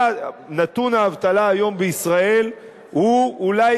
נתון האבטלה היום בישראל הוא אולי